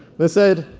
they said,